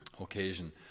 occasion